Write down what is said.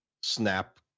snap